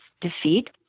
defeat